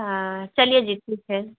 हाँ चलिये जी ठीक है